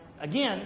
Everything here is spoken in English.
again